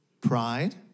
Pride